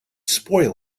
spoil